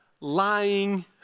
lying